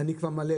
אני כבר מלא,